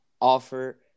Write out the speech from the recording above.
offer